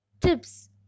tips